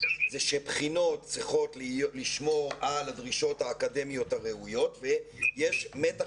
שבחינות צריכות לשמור על הדרישות האקדמיות הראויות ויש מתח